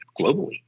globally